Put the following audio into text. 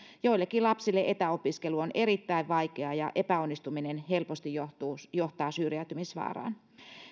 joillekin lapsille etäopiskelu on erittäin vaikeaa ja epäonnistuminen helposti johtaa syrjäytymisvaaraan